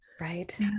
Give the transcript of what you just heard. right